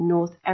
North